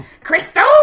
Crystal